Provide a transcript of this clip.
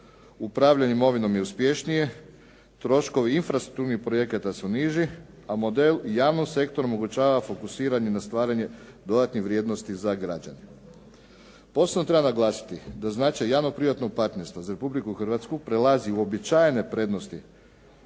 upravljanje imovine je uspješnije, troškovi infrastrukturnih projekata su niži, a model u javnom sektoru omogućava fokusiranje na stvaranje dodatnih vrijednosti za građane. Posebno treba naglasiti da značaj javno-privatnog partnerstva za Republiku Hrvatsku prelazi uobičajene prednosti